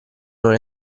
non